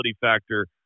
factor